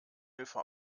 hilfe